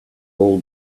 all